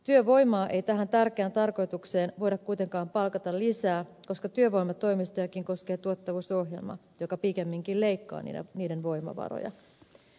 työvoimaa ei tähän tärkeään tarkoitukseen voida kuitenkaan palkata lisää koska työvoimatoimistojakin koskee tuottavuusohjelma joka pikemminkin leikkaa niiden voimavaroja